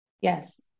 Yes